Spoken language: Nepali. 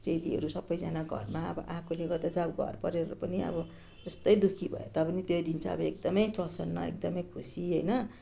चेलीहरू सबैजना घरमा अब आएकोले गर्दा चाहिँ अब घरपरिवार पनि अब जस्तै दुःखी भए तापनि त्यो दिन चाहिँ अब एकदमै प्रसन्न अब एकदमै खुसी होइन